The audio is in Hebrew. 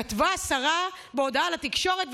כתבה השרה בהודעה לתקשורת,